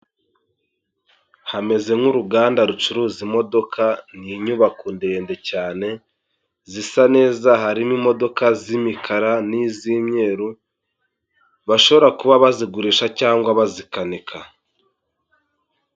Hameze nk'uruganda rucuruza imodoka ni inyubako ndende cyane zisa neza harimo imodoka z'imikara n'iz'imyeru bashobora kuba bazigurisha cyangwa bazikanika.